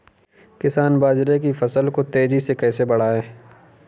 किसान बाजरे की फसल को तेजी से कैसे बढ़ाएँ?